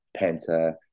Penta